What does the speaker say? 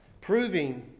proving